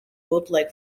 bootleg